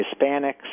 Hispanics